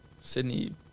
Sydney